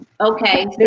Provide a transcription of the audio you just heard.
Okay